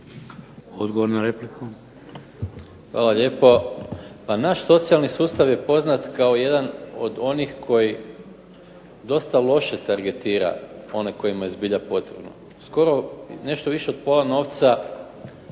Gordan (SDP)** Hvala lijepo. Pa naš socijalni sustav je poznat kao jedan od onih koji vrlo loše targetira one kojima je zbilja potrebno, skoro nešto više od pola novca